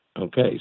Okay